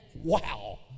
Wow